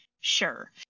Sure